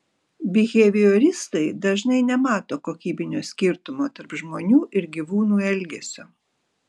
bihevioristai dažnai nemato kokybinio skirtumo tarp žmonių ir gyvūnų elgesio